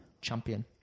Champion